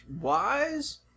wise